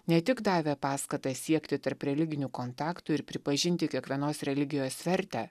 ne tik davė paskatą siekti tarp religinių kontaktų ir pripažinti kiekvienos religijos vertę